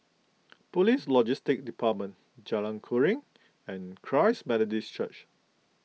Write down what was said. Police Logistics Department Jalan Keruing and Christ Methodist Church